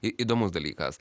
į įdomus dalykas